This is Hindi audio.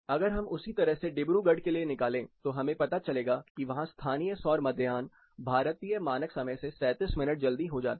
अगर हम उसी तरह से डिब्रूगढ़ के लिए निकालें तो हमें पता चलेगा कि वहां स्थानीय सौर मध्याह्न भारतीय मानक समय से 37 मिनट जल्दी हो जाता है